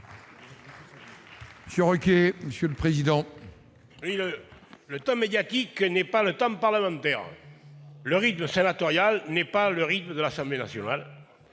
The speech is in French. Jean-Claude Requier, pour la réplique. Le temps médiatique n'est pas le temps parlementaire. Le rythme sénatorial n'est pas rythme de l'Assemblée nationale.